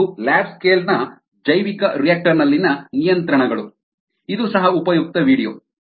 ಇದು lab scale ಜೈವಿಕರಿಯಾಕ್ಟರ್ ನಲ್ಲಿನ ನಿಯಂತ್ರಣಗಳು ಇದು ಸಹ ಉಪಯುಕ್ತ ವೀಡಿಯೊ